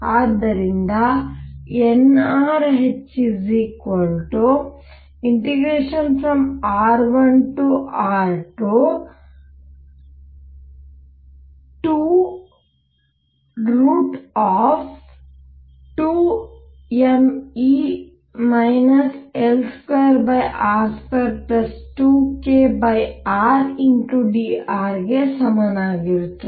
ಆದ್ದರಿಂದ nrh 2r1r2√2mE L2r22krdr ಗೆ ಸಮನಾಗಿರುತ್ತದೆ